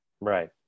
Right